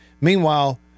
Meanwhile